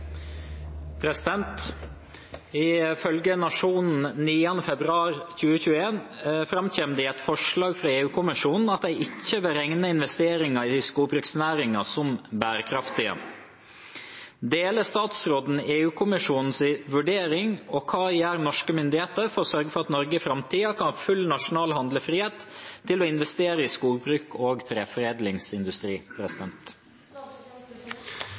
Nationen 9. februar 2021 fremkommer det i et forslag fra EU-kommisjonen at de ikke vil regne investeringer i skogbruksnæringen som bærekraftige. Deler statsråden EU-kommisjonens vurdering, og hva gjør norske myndigheter for å sørge for at Norge i framtiden kan ha full nasjonal handlefrihet til å investere i skogbruk og treforedlingsindustri?»